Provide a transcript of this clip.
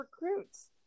recruits